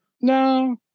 No